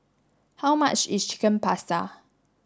how much is Chicken Pasta